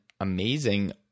amazing